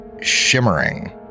shimmering